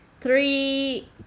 three